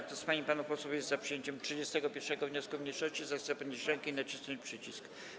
Kto z pan i panów posłów jest za przyjęciem 31. wniosku mniejszości, zechce podnieść rękę i nacisnąć przycisk.